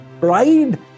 pride